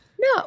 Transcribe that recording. No